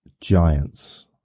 Giants